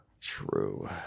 True